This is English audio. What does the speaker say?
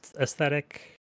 aesthetic